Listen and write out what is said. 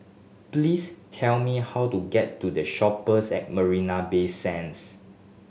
please tell me how to get to The Shoppes at Marina Bay Sands